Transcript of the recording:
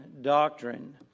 doctrine